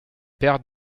père